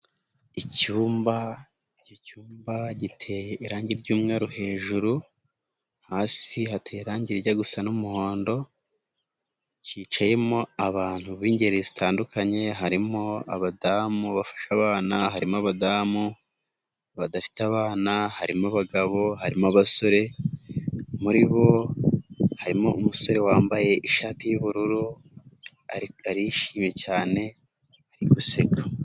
Icyumba cy'icyumba giteye irangi ry'umweru hejuru hasi hatera irangi rijya gusa n'umuhondo hicayemo abantu b'ingeri zitandukanye harimo abadamu bafasha abana harimo abadamu badafite abana harimo abagabo harimo abasore muri bo harimo umusore wambaye ishati y'ubururu ariko arishimye cyane ari guseka.